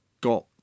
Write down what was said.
got